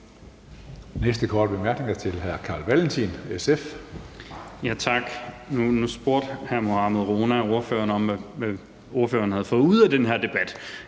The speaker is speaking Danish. næste korte bemærkning er til hr. Carl Valentin, SF. Kl. 17:03 Carl Valentin (SF): Tak. Nu spurgte hr. Mohammad Rona ordføreren om, hvad ordføreren havde fået ud af den her debat,